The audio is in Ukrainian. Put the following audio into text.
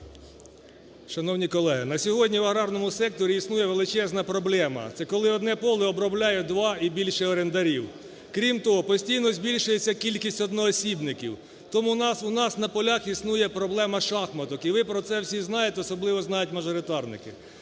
Шановні колеги, на сьогодні в аграрному секторі існує величезна проблема, це коли одне поле обробляють два і більше орендарів, крім того, постійно збільшується кількість одноосібників. Тому у нас на полях існує проблема шахматок і ви про це всі знаєте, особливо знають мажоритарники.